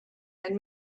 and